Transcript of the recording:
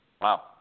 wow